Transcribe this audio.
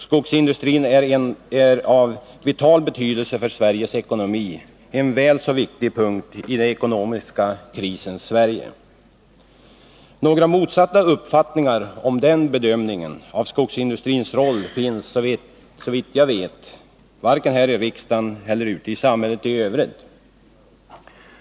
Skogsindustrin är av vital betydelse för Sveriges ekonomi — en väl så viktig punkt i den ekonomiska krisens Sverige. Några motsatta uppfattningar om den bedömningen av skogsindustrins roll finns, så vitt jag vet, varken här i riksdagen eller ute i samhället i Övrigt.